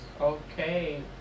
Okay